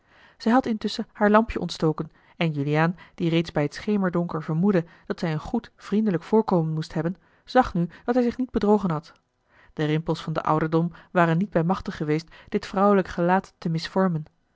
zij had intusschen haar lampje ontstoken en juliaan die reeds bij het schemerdonker vermoedde dat zij een goed vriena l g bosboom-toussaint de delftsche wonderdokter eel voorkomen moest hebben zag nu dat hij zich niet bedrogen had de rimpels van den ouderdom waren niet bij machte geweest dit vrouwelijk gelaat te misvormen